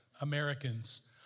Americans